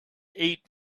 eight